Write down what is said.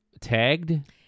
tagged